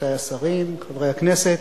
רבותי השרים, חברי הכנסת,